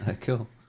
Cool